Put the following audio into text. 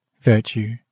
virtue